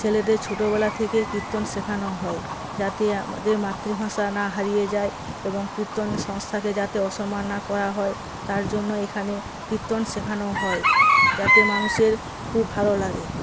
ছেলেদের ছোটবেলা থেকে কীর্তন শেখানো হয় যাতে আমাদের মাতৃভাষা না হারিয়ে যায় এবং কীর্তন সংস্থাকে যাতে অসম্মান না করা হয় তার জন্য এখানে কীর্তন শেখানো হয় যাতে মানুষের খুব ভালো লাগে